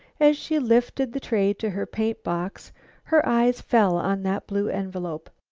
as she lifted the tray to her paint-box her eyes fell on that blue envelope.